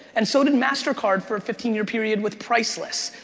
and so did mastercard for a fifteen year period with priceless.